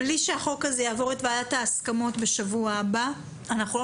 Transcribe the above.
בלי שהחוק הזה יעבור את ועדת ההסכמות בשבוע הבא אנחנו לא